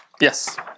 Yes